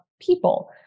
people